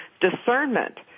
discernment